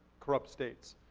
corrupt states.